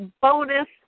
bonus